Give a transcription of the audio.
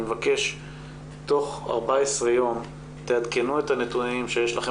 אני מבקש תוך 14 יום תעדכנו את הנתונים שיש לכם